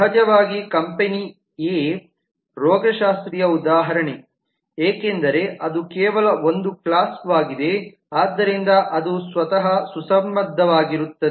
ಸಹಜವಾಗಿ company a ರೋಗಶಾಸ್ತ್ರೀಯ ಉದಾಹರಣೆ ಏಕೆಂದರೆ ಅದು ಕೇವಲ ಒಂದು ಕ್ಲಾಸ್ವಾಗಿದೆ ಆದ್ದರಿಂದ ಅದು ಸ್ವತಃ ಸುಸಂಬದ್ಧವಾಗಿರುತ್ತದೆ